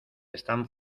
están